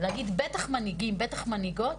להגיד בטח מנהיגים, בטח מנהיגות,